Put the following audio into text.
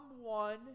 one